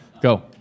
Go